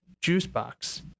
Juicebox